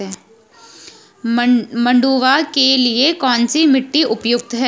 मंडुवा के लिए कौन सी मिट्टी उपयुक्त है?